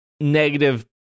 negative